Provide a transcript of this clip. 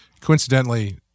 Coincidentally